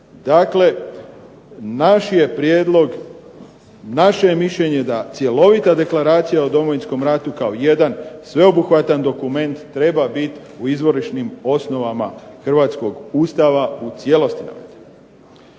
Dakle, naš je prijedlog, naše je mišljenje da cjelovita Deklaracija o Domovinskom ratu kao jedan sveobuhvatan dokument treba biti u Izvorišnim osnovama Hrvatskog ustava u cijelosti navedena.